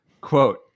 Quote